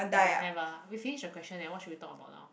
don't have lah we finish the question leh what should we talk about now